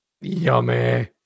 Yummy